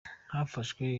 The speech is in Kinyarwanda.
hafashwe